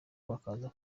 bakaza